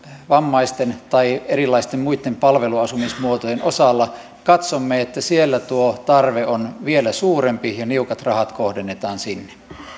vammaisten tai erilaisten muitten palveluasumismuotojen osalla katsomme että tuo tarve on vielä suurempi ja niukat rahat kohdennetaan sinne